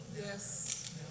Yes